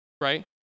right